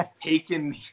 taken